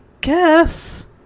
guess